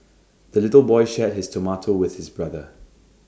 the little boy shared his tomato with his brother